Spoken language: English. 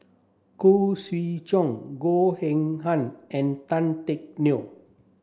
Khoo Swee Chiow Goh Eng Han and Tan Teck Neo